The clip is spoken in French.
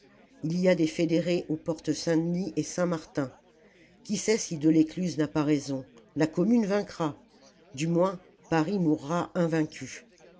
il y a des fédérés aux portes saint-denis et saint-martin qui sait si delescluze n'a pas raison la commune vaincra du moins paris mourra invaincu